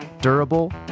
durable